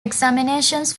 examinations